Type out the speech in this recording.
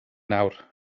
nawr